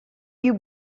you